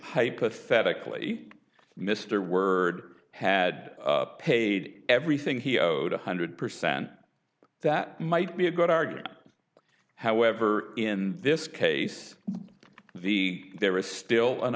hypothetically mr word had paid everything he owed one hundred percent that might be a good argument however in this case the there is still an